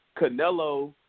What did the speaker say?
Canelo